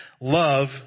Love